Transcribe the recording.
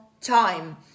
time